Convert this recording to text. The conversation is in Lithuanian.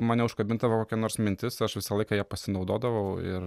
mane užkabindavo kokia nors mintis aš visą laiką ja pasinaudodavau ir